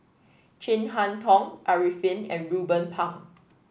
Chin Harn Tong Arifin and Ruben Pang